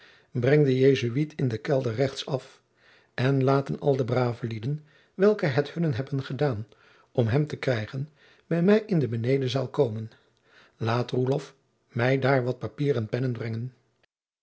breng den jesuit in den kelder rechts af en laten al de brave lieden welke het hunne hebben gedaan om hem te krijgen bij mij in de benedenzaal komen laat roelof mij daar wat papier